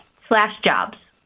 slash jobs.